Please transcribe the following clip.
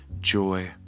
joy